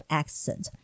accent